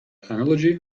analogy